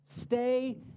Stay